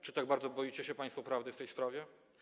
Czy tak bardzo boicie się państwo prawdy w tej sprawie?